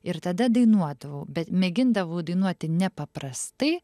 ir tada dainuodavau bet mėgindavau dainuoti nepaprastai